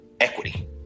equity